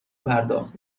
پرداخت